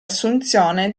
assunzione